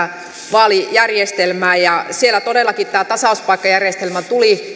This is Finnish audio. vaalijärjestelmää siellä todellakin tämä tasauspaikkajärjestelmä tuli